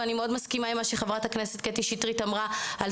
ואני מסכימה מאוד עם מה שחברת הכנסת קטי שטרית אמרה על